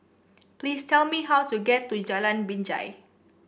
please tell me how to get to Jalan Binjai